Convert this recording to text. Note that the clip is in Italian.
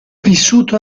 vissuto